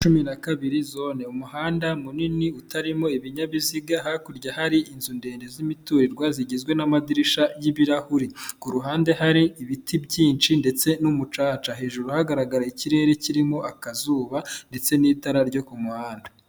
Cumi na kabiri zone. Umuhanda munini utarimo ibinyabiziga hakurya hari inzu ndende z'imiturirwa zigizwe n'amadirishya y'ibirahure. Ku ruhande hari ibiti byinshi ndetse n'umucaca, hejuru hagaragara ikirere kirimo akazuba ndetse n'itara ryo ku muhanda.